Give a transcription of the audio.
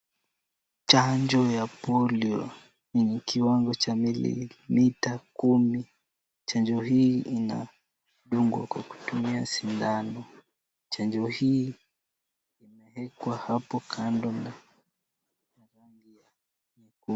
Chanjo ya Polio ni kiwango cha mililita kumi. Chanjo hii inadungwa kwa kutumia sindano. Chanjo hii ilikuwa hapo kando.